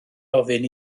ofyn